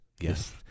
Yes